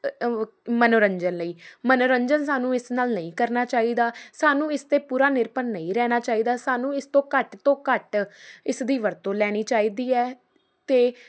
ਮਨੋਰੰਜਨ ਲਈ ਮਨੋਰੰਜਨ ਸਾਨੂੰ ਇਸ ਨਾਲ ਨਹੀਂ ਕਰਨਾ ਚਾਹੀਦਾ ਸਾਨੂੰ ਇਸ 'ਤੇ ਪੂਰਾ ਨਿਰਭਰ ਨਹੀਂ ਰਹਿਣਾ ਚਾਹੀਦਾ ਸਾਨੂੰ ਇਸ ਤੋਂ ਘੱਟ ਤੋਂ ਘੱਟ ਇਸ ਦੀ ਵਰਤੋਂ ਲੈਣੀ ਚਾਹੀਦੀ ਹੈ ਅਤੇ